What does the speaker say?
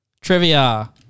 trivia